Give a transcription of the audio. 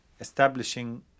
establishing